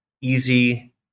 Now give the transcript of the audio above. easy